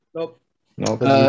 Nope